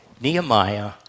Nehemiah